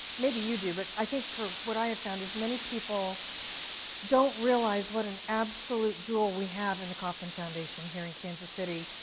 maybe you do, but i think for what i have found is many people don't realize what an absolute jewel we have in the kauffman foundation here in kansas city.